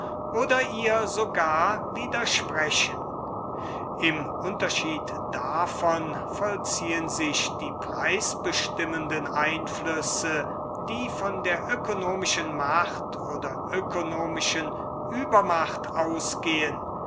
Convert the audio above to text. oder ihr sogar widersprechen im unterschied davon vollziehen sich die preisbestimmenden einflüsse die von der ökonomischen macht oder ökonomischen übermacht ausgehen